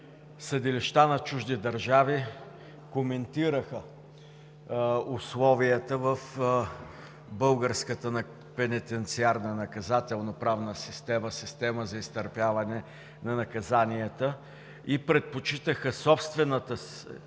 съдилища на чужди държави коментираха условията в българската пенитенциарна наказателно-правна система, система за изтърпяване на наказанията, и предпочитаха прилагането на